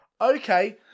Okay